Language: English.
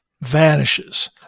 vanishes